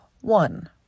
One